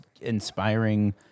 inspiring